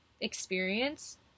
experience